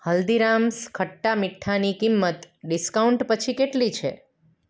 હલ્દીરામ્સ ખટ્ટા મીઠ્ઠાની કિંમત ડિસ્કાઉન્ટ પછી કેટલી છે